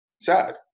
Sad